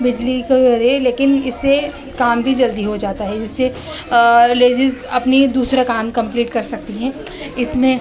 بجلی لیکن اس سے کام بھی جلدی ہو جاتا ہے اس سے لیڈیز اپنی دوسرا کام کمپلیٹ کر سکتی ہیں اس میں